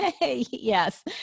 Yes